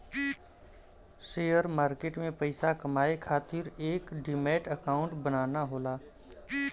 share market में पइसा कमाये खातिर एक डिमैट अकांउट बनाना होला